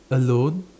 alone